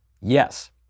Yes